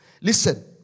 Listen